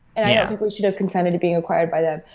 and i yeah think we should have consented to being acquired by them.